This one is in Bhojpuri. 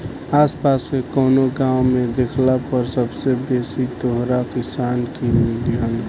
आस पास के कवनो गाँव में देखला पर सबसे बेसी तोहरा किसान ही मिलिहन